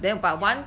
ya